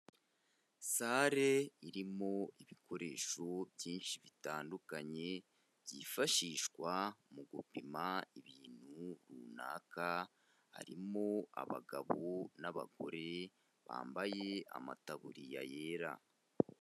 Salle irimo ibikoresho byinshi bitandukanye, byifashishwa mu gupima ibintu runaka, harimo abagabo n'abagore, bambaye amataburiya yera.